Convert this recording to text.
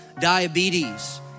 diabetes